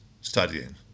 studying